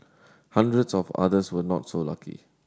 hundreds of others were not so lucky